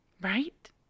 Right